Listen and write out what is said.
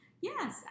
Yes